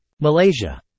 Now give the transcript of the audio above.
Malaysia